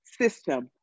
system